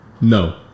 no